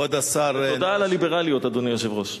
ותודה על הליברליות, אדוני היושב-ראש.